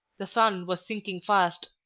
the sun was sinking fast.